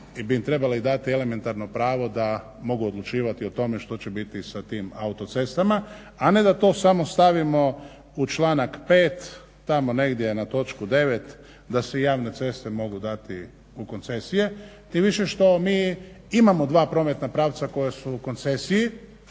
bi im trebali dati elementarno pravo da mogu odlučivati o tome što će biti sa tim autocestama, a ne da to samo stavimo u članak 5. tamo negdje ne točku 9. da se javne ceste mogu dati u koncesije tim više što mi imamo dva prometna pravca koja su u koncesiji